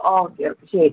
okay okay ശരി ശരി